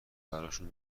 براشون